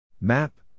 Map